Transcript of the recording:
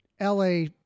LA